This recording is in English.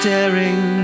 Staring